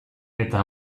eta